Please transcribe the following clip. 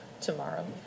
Tomorrow